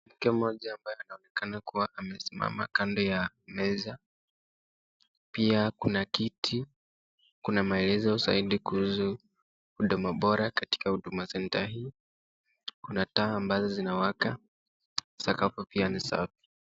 Mke moja ambaye anaonekana kuwa amesimama kando ya meza. Pia kuna kiti. Kuna maelezo zaidi huduma bora katika Huduma Centre hii. Kuna taa ambazo zinawaka. Sakafu pia ni safi.